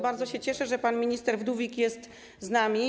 Bardzo się cieszę, że pan minister Wdówik jest z nami.